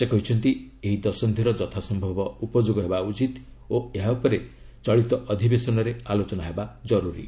ସେ କହିଛନ୍ତି ଏହି ଦଶନ୍ଧିର ଯଥାସମ୍ଭବ ଉପଯୋଗ ହେବା ଉଚିତ୍ ଓ ଏହା ଉପରେ ଚଳିତ ଅଧିବେସନରେ ଆଲୋଚନା ହେବା କରୁରୀ